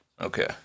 Okay